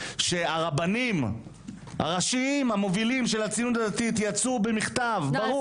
שהרבנים הראשיים המובילים של הציונות הדתית יצאו במכתב ברור,